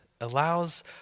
allows